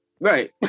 Right